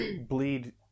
bleed